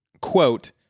quote